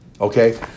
okay